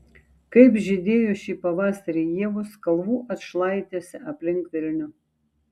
kaip žydėjo šį pavasarį ievos kalvų atšlaitėse aplink vilnių